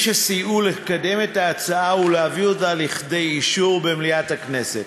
למי שסייעו לקדם את ההצעה ולהביא אותה לכדי אישור במליאת הכנסת: